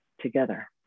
together